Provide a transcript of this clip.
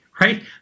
Right